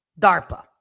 DARPA